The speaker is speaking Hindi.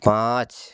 पाँच